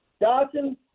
Dodson